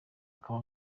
ukaba